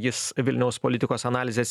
jis vilniaus politikos analizės